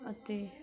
ਅਤੇ